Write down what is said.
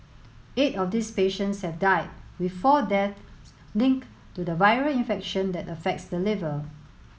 eight of these patients have died with four deaths linked to the viral infection that affects the liver